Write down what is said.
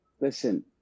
listen